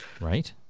Right